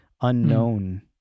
unknown